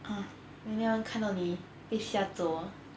ah maybe 它看到你被吓走 oh